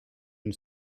une